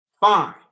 Fine